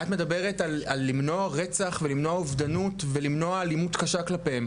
את מדברת על למנוע רצח ולמנוע אובדנות ולמנוע אלימות קשה כלפיהם,